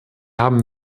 haben